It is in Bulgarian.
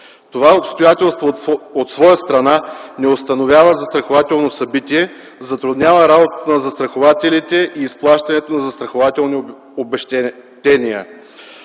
Това обстоятелство от своя страна не установява застрахователно събитие, затруднява работата на застрахователите и изплащането на застрахователни обезщетения.